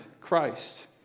Christ